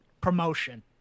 promotion